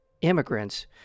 immigrants